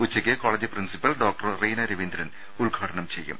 ഉച്ചയ്ക്ക് college principal doctor Reena Raveendran ഉദ്ഘാടനം ചെയ്യും